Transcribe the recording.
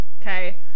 Okay